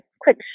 quick